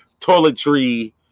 toiletry